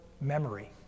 memory